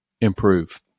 improve